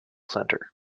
center